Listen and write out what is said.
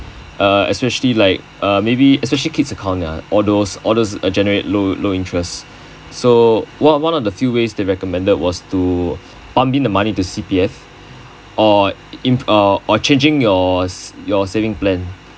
uh especially like uh maybe especially kid's account yeah all those generate low interest so one of the few ways they recommended was to pump in the money to C_P_F or in~ or or changing your your savings plan